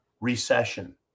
recession